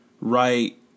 right